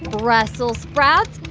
brussels sprouts,